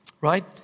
Right